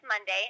Monday